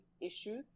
issue